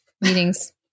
Meetings